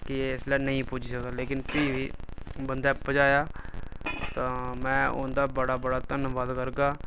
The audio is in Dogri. केह् इसलै नेईं पुज्जी सकदा फ्ही बी बंदा पजाया में उंदा बड़ा बड़ा धन्यवाद करगा